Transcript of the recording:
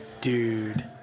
Dude